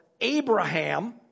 Abraham